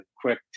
quick